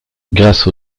grâce